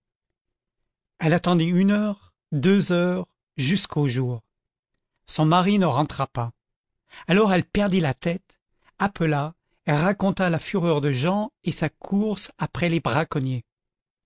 elle attendit une heure deux heures jusqu'au jour son mari ne rentra pas alors elle perdit la tête appela raconta la fureur de jean et sa course après les braconniers